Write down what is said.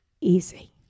Easy